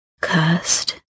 cursed